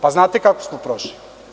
Pa, znate kako smo prošli.